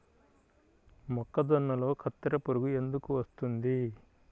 మొక్కజొన్నలో కత్తెర పురుగు ఎందుకు వస్తుంది?